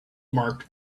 marked